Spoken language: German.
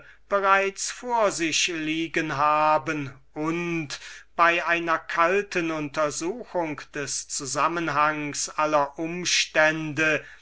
bereits vor sich liegen haben und bei einer kalten untersuchung des zusammenhangs aller umstände